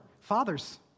Fathers